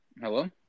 Hello